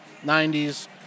90s